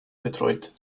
betreut